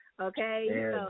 Okay